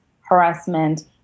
harassment